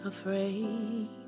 afraid